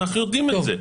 אנחנו יודעים את זה.